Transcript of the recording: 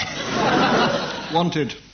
wanted